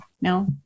No